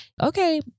okay